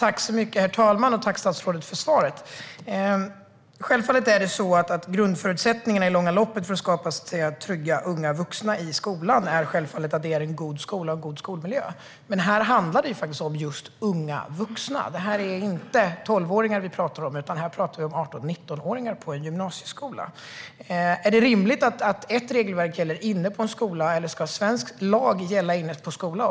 Herr talman! Tack, statsrådet, för svaret! Grundförutsättningarna för att i långa loppet skapa trygga unga vuxna i skolan är självfallet att det är en bra skola och en bra skolmiljö. Men här handlar det om unga vuxna. Det är inte 12-åringar vi talar om, utan här talar vi om 18 och 19-åringar på en gymnasieskola. Är det rimligt att ett annat regelverk gäller inne på en skola, eller ska svensk lag gälla också inne på skolor?